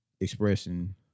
expressing